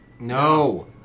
No